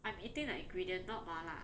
I'm eating the ingredient not 麻辣